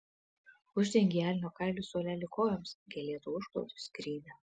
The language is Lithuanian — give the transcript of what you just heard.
uždengei elnio kailiu suolelį kojoms gėlėtu užklotu skrynią